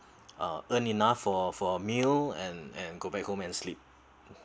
uh earn enough for for a meal and and go back home and sleep